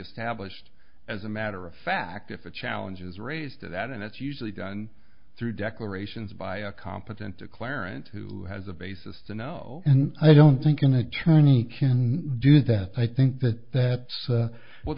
established as a matter of fact if a challenge is raised to that and it's usually done through declarations by a competent declarant who has a basis to know and i don't think an attorney can do that i think that that's what we